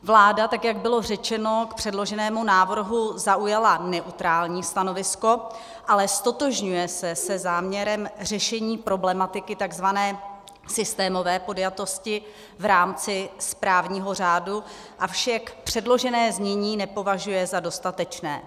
Vláda, tak jak bylo řečeno, k předloženému návrhu zaujala neutrální stanovisko, ale ztotožňuje se záměrem řešení problematiky takzvané systémové podjatosti v rámci správního řádu, avšak předložené znění nepovažuje za dostatečné.